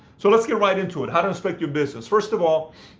so let's get right into it. how to inspect your business. first of all,